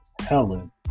Helen